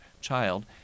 child